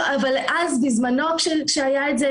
אבל אז בזמנו כשהיה את זה,